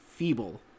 Feeble